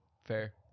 Fair